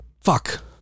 fuck